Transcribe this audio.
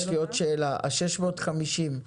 יש לי עוד שאלה: 650 האלה,